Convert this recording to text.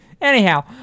anyhow